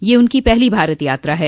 यह उनकी पहली भारत यात्रा है